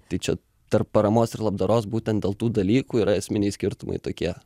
tai čia tarp paramos ir labdaros būtent dėl tų dalykų yra esminiai skirtumai tokie